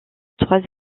trois